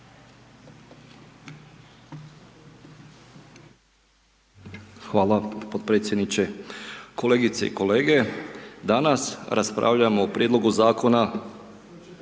Hvala potpredsjedniče. Kolegice i kolege, danas raspravljamo o prijedlogu Zakona